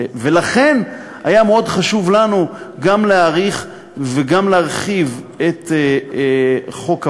ולכן היה מאוד חשוב לנו גם להאריך וגם להרחיב את חוק הווד"לים,